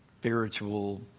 spiritual